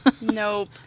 Nope